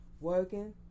working